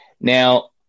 Now